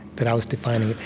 that i was defining it,